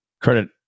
Credit